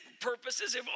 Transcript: purposes